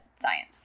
science